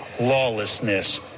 lawlessness